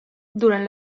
durant